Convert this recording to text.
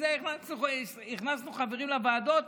הכנסנו חברים לוועדות,